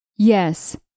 Yes